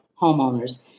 homeowners